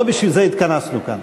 לא בשביל זה התכנסנו כאן.